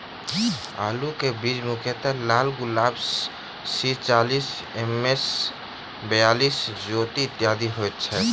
आलु केँ बीज मुख्यतः लालगुलाब, सी चालीस, एम.एस बयालिस, ज्योति, इत्यादि होए छैथ?